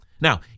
Now